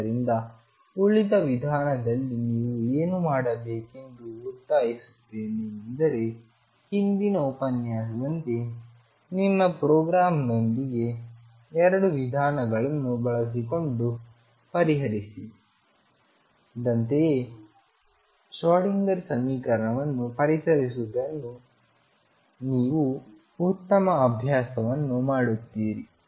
ಆದ್ದರಿಂದ ಉಳಿದ ವಿಧಾನದಲ್ಲಿ ನೀವು ಏನು ಮಾಡಬೇಕೆಂದು ಒತ್ತಾಯಿಸುತ್ತೇನೆ ಎಂದರೆ ಹಿಂದಿನ ಉಪನ್ಯಾಸ ದಂತೆ ನಿಮ್ಮ ಪ್ರೋಗ್ರಾಮ್ ನೊಂದಿಗೆ ಎರಡು ವಿಧಾನಗಳನ್ನು ಬಳಸಿಕೊಂಡು ಪರಿಹರಿಸಿ ದಂತೆಯೇ ಶ್ರೋಡಿಂಗರ್ಸಮೀಕರಣವನ್ನು ಪರಿಹರಿಸುವುದರಲ್ಲಿ ನೀವು ಉತ್ತಮ ಅಭ್ಯಾಸವನ್ನು ಮಾಡುತ್ತೀರಿ